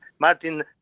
Martin